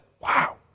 Wow